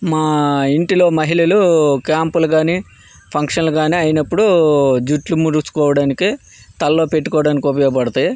మా ఇంటిలో మహిళలు క్యాంపులు కానీ ఫంక్షన్లు కానీ అయినప్పుడు జుట్టు ముడుచుకోవడానికి తలలో పెట్టుకోవడానికి ఉపయోగపడతాయి